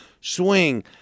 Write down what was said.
swing